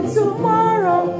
tomorrow